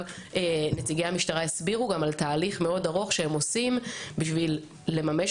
נציגי המשטרה הסבירו עכשיו על תהליך מאוד ארוך שהם עושים בשביל לממש